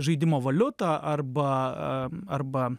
žaidimo valiutą arba arba